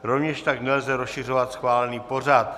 Rovněž tak nelze rozšiřovat schválený pořad.